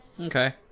Okay